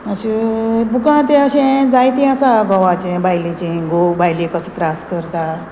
अशें बुकां तें अशें जायतें आसा घोवाचें बायलेचें घोव बायले कसो त्रास करता